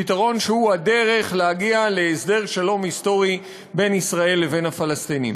פתרון שהוא הדרך להגיע להסדר שלום היסטורי בין ישראל לבין הפלסטינים.